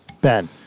Ben